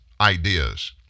ideas